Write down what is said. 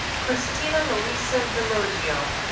christina louisa de lurgio.